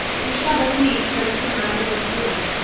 you shall at least go see my lord aboard.